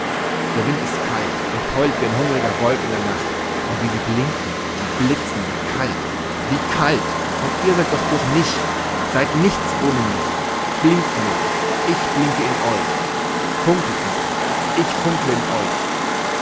der wind ist kalt und heult wie ein hungriger wolf in der nacht und wie sie blinken und blitzen wie kalt wie kalt und ihr seid doch durch mich seid nichts ohne mich blinkt nur ich blinke in euch funkelt nur ich funkle in euch